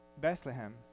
Bethlehem